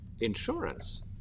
insurance